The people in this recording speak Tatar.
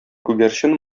күгәрчен